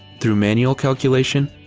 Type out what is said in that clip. through manual calculation,